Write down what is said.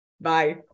Bye